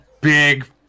big